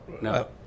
No